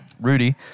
Rudy